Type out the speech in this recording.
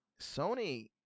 Sony